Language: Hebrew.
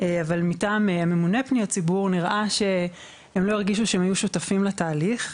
אבל מטעם ממונה פניות הציבור נראה שהם לא הרגישו שהם היו שותפים לתהליך.